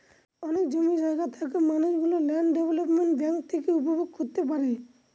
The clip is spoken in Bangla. অনেক জমি জায়গা থাকা মানুষ গুলো ল্যান্ড ডেভেলপমেন্ট ব্যাঙ্ক থেকে উপভোগ করতে পারে